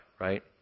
right